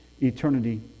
eternity